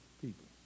people